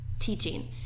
teaching